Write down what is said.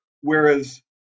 whereas